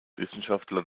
wissenschaftler